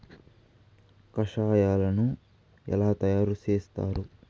కషాయాలను ఎలా తయారు చేస్తారు?